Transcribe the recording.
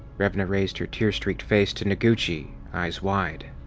revna raised her tear-streaked face to noguchi, eyes wide.